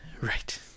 Right